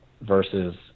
versus